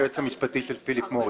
היועץ המשפטי של פיליפ מוריס.